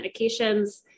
medications